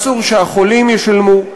אסור שהחולים ישלמו.